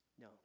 No